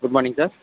good morning sir